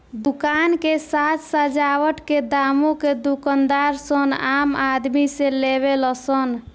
दुकान के साज सजावट के दामो के दूकानदार सन आम आदमी से लेवे ला सन